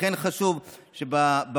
לכן חשוב שבוועדות,